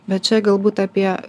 bet čia galbūt apie